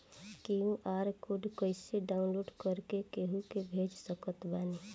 QR code कइसे डाउनलोड कर के केहु के भेज सकत बानी?